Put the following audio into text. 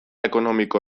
ekonomiko